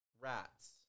rats